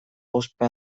ospe